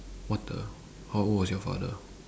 what the how old was your father